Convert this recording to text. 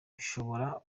bishobora